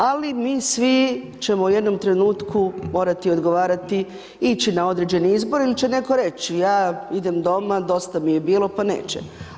Ali, mi svi ćemo u jednom trenutku morati odgovarati, ići na određeni izbor ili će netko reći, ja idem doma, dosta mi je bilo, pa neće.